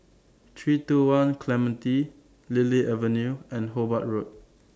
three two one Clementi Lily Avenue and Hobart Road